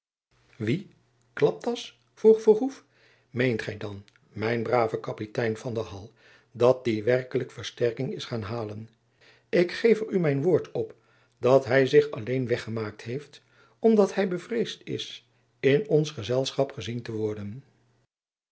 wie klaptas vroeg verhoef meent gy dan mijn brave kapitein van de hal dat die werkelijk versterking is gaan halen ik geef er u mijn woord op dat hy zich alleen weggemaakt heeft om dat hy bevreesd is in ons gezelschap gezien te worden